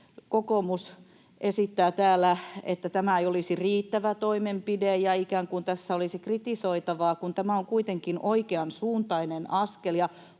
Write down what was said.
kokoomus esittää täällä, että tämä ei olisi riittävä toimenpide ja tässä olisi ikään kuin kritisoitavaa, kun tämä on kuitenkin oikeansuuntainen askel